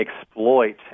exploit